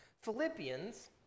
Philippians